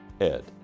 Ed